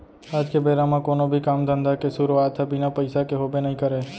आज के बेरा म कोनो भी काम धंधा के सुरूवात ह बिना पइसा के होबे नइ करय